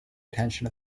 attention